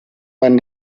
man